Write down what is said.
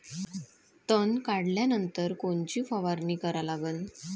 तन काढल्यानंतर कोनची फवारणी करा लागन?